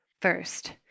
first